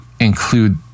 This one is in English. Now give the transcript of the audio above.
include